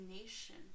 Nation